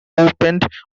opened